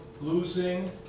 losing